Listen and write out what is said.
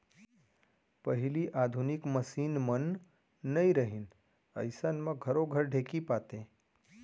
पहिली आधुनिक मसीन मन नइ रहिन अइसन म घरो घर ढेंकी पातें